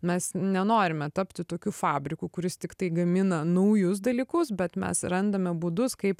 mes nenorime tapti tokiu fabriku kuris tiktai gamina naujus dalykus bet mes randame būdus kaip